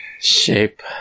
Shape